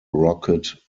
rocket